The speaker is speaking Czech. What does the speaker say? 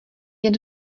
jen